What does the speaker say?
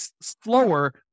slower